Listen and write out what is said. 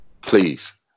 Please